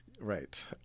right